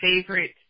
favorite